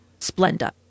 Splenda